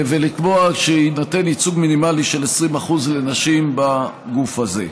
לקבוע שיינתן ייצוג מינימלי של 20% לנשים בגוף הזה.